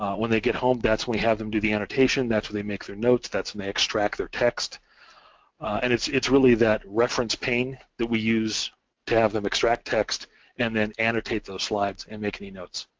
when they get home, that's when we have them do the annotation, that's when they make their notes, that's when they extract their text and it's it's really that reference pane that we use to have them extract text and then annotate those slides and make any notes.